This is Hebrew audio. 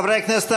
חברי הכנסת,